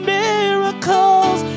miracles